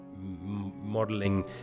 modeling